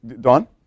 Don